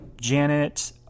Janet